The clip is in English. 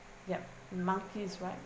yup the monkey is right